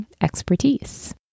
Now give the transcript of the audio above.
expertise